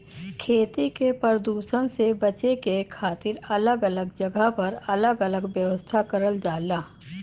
खेती के परदुसन से बचे के खातिर अलग अलग जगह पर अलग अलग व्यवस्था करल जाला